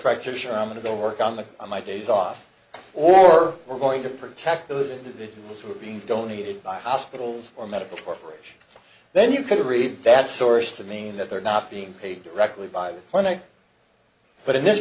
practitioner i'm going to go work on the on my days off or we're going to protect those individuals who are being donated by hospitals or medical corp then you could read that source to mean that they're not being paid directly by clinic but in this